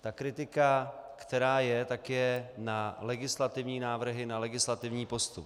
Ta kritika, která je, je na legislativní návrhy, na legislativní postup.